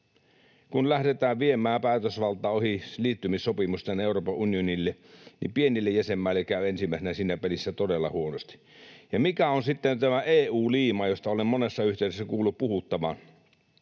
Kun lähdetään viemään päätösvaltaa ohi liittymissopimusten Euroopan unionille, niin pienille jäsenmaille käy ensimmäisenä siinä pelissä todella huonosti. Ja mikä on sitten tämä EU-liima, josta olen monessa yhteydessä kuullut puhuttavan?